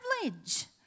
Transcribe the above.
privilege